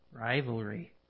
rivalry